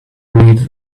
read